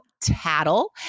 tattle